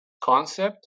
concept